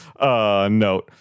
note